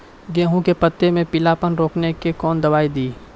गेहूँ के पत्तों मे पीलापन रोकने के कौन दवाई दी?